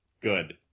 Good